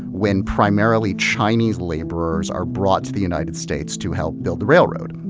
when primarily chinese laborers are brought to the united states to help build the railroad.